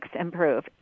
improve